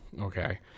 Okay